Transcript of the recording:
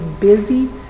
busy